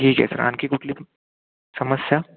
ठीक आहे सर आणखी कुठली समस्या